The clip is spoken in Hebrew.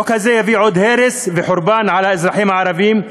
החוק הזה יביא עוד הרס וחורבן על האזרחים הערבים,